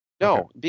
no